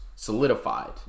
Solidified